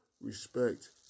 respect